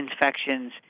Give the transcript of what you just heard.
infections